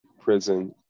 prison